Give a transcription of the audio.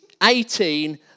18